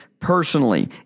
personally